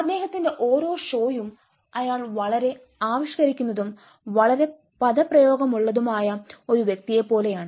അദ്ദേഹത്തിന്റെ ഓരോ ഷോയും അയാൾ വളരെ ആവിഷ്കരിക്കുന്നതും വളരെ പദപ്രയോഗമുള്ളതുമായ ഒരു വ്യക്തിയെപ്പോലെയാണ്